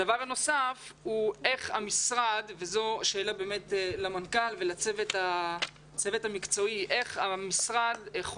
הדבר הנוסף הוא איך המשרד וזו שאלה למנכ"ל ולצוות המקצועי חושב